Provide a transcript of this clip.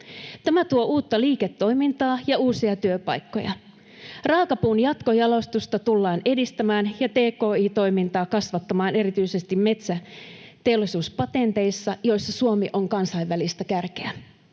Tämä tuo uutta liiketoimintaa ja uusia työpaikkoja. Raakapuun jatkojalostusta tullaan edistämään ja tki-toimintaa kasvattamaan erityisesti metsäteollisuuspatenteissa, joissa Suomi on kansainvälistä kärkeä.